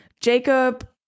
Jacob